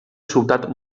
ciutat